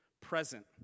Present